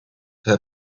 herr